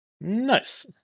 Nice